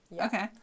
Okay